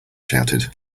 shouted